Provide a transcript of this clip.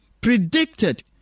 predicted